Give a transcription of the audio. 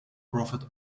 profit